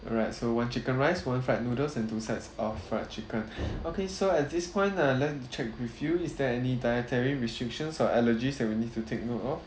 alright so one chicken rice one fried noodles and two sets of fried chicken okay so at this point uh let me check with you is there any dietary restrictions or allergies that we need to take note of